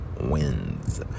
wins